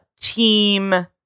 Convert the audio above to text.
team